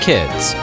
Kids